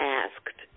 asked